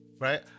right